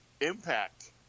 Impact